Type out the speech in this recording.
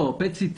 Pet CT